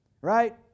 right